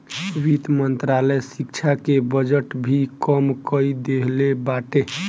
वित्त मंत्रालय शिक्षा के बजट भी कम कई देहले बाटे